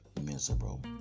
miserable